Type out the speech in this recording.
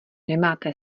nemáte